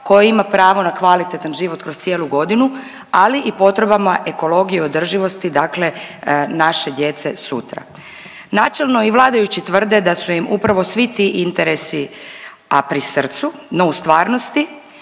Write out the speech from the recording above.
koji ima pravo na kvalitetan život kroz cijelu godinu, ali i potrebama ekologije i održivosti, dakle naše djece sutra. Načelno i vladajući tvrde da su im upravo svi ti interesi a pri srcu, no u stvarnosti